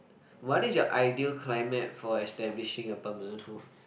what is your ideal climate for establishing a permanent home